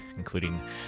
including